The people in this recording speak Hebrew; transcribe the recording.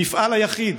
המפעל היחיד